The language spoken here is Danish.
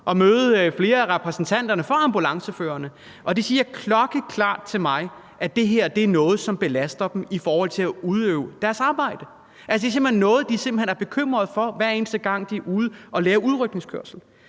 og møde flere af repræsentanterne for ambulanceførerne, og de siger klokkeklart til mig, at det her er noget, som belaster dem i forhold til at udøve deres arbejde. Altså, det er simpelt hen noget, de er bekymret for, hver eneste gang de er ude og lave udrykningskørsel.